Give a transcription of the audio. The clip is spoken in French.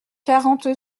quarante